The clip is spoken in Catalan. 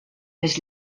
més